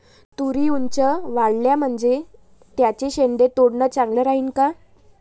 तुरी ऊंच वाढल्या म्हनजे त्याचे शेंडे तोडनं चांगलं राहीन का?